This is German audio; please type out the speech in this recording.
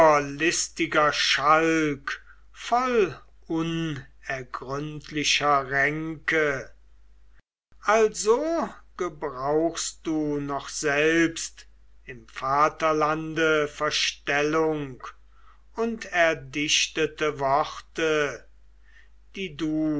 überlistiger schalk voll unergründlicher ränke also gebrauchst du noch selbst im vaterlande verstellung und erdichtete worte die du